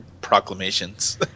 proclamations